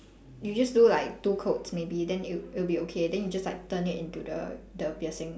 you just do like two coats maybe then it'll it'll be okay then you just like turn it into the the piercing